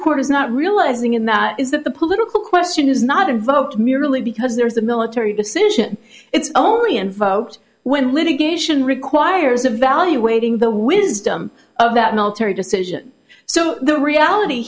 court is not realizing in that is that the political question is not invoked merely because there is a military decision it's only and vote when litigation requires evaluating the wisdom of that military decision so the reality